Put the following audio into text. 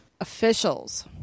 officials